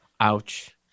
ouch